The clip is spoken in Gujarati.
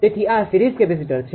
તેથી આ સીરીઝ કેપેસીટર છે